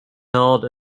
held